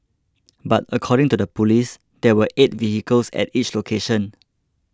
but according to the police there were eight vehicles at each location